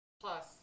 plus